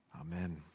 Amen